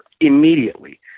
immediately